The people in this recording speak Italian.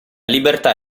libertà